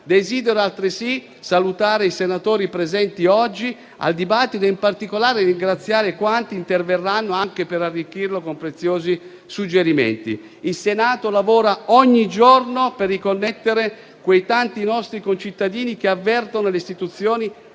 Desidero altresì salutare i senatori presenti oggi al dibattito e, in particolare, ringraziare quanti interverranno anche per arricchirlo con preziosi suggerimenti. Il Senato lavora ogni giorno per riconnettere quei tanti nostri concittadini che avvertono le istituzioni